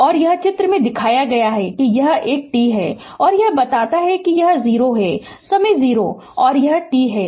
Refer Slide Time 0359 और यह चित्र में दिखाया गया है कि यह एक t है और यह बताता है कि यह 0 है समय 0 है और यह t है